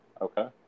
Okay